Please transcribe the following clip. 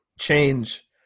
Change